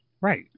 Right